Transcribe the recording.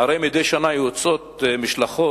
הרי מדי שנה יוצאות משלחות